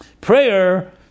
Prayer